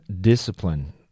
discipline